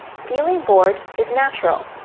feeling bored is natural,